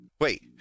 wait